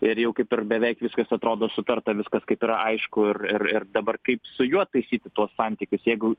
ir jau kaip ir beveik viskas atrodo sutarta viskas kaip yra aišku ir ir dabar kaip su juo taisyti tuos santykius jeigu